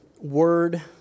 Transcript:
word